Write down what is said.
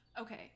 Okay